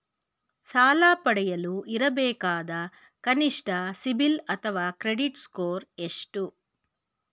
ಸಾಲ ಪಡೆಯಲು ಇರಬೇಕಾದ ಕನಿಷ್ಠ ಸಿಬಿಲ್ ಅಥವಾ ಕ್ರೆಡಿಟ್ ಸ್ಕೋರ್ ಎಷ್ಟು?